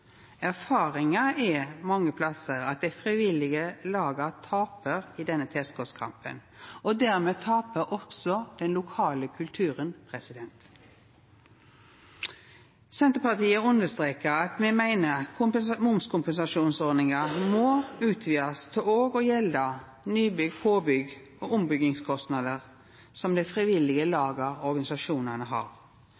Erfaringa er mange plassar at dei frivillige laga tapar i denne tilskotskampen, og dermed tapar også den lokale kulturen. Senterpartiet understrekar at momskompensasjonsordninga må utvidast til òg å gjelda nybygg, påbyggings- og ombyggingskostnader som dei frivillige